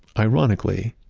ironically,